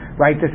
Right